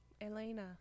Elena